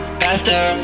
faster